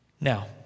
Now